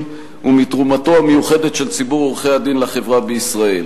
ומתרומתו המיוחדת של ציבור עורכי-הדין לחברה בישראל.